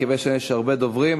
כיוון שיש הרבה דוברים,